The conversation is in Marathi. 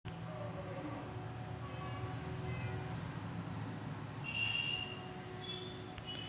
इंडियन बँक ही भारत सरकारच्या मालकीची प्रमुख राष्ट्रीयीकृत बँक आहे